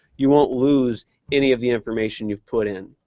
you won't lose any of the information you've put in.